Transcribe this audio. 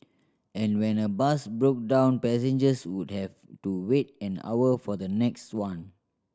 and when a bus broke down passengers would have to wait an hour for the next one